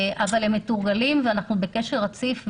אבל הם מתורגלים ואנחנו בקשר רציף.